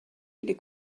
les